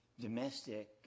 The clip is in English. domestic